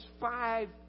five